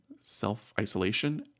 self-isolation